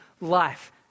life